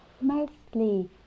Mostly